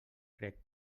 crec